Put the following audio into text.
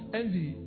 envy